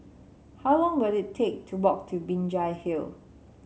how long will it take to walk to Binjai Hill